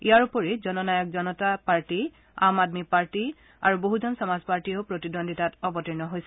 ইয়াৰ উপৰি Jannayak Janta party Aam Aadmi party আৰু বহুজন সমাজ পাৰ্টিয়েও প্ৰতিদ্বন্দ্বিতাত অৱৰ্তীণ হৈছে